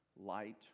light